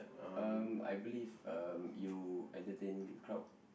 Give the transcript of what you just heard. um I believe um you entertain crowd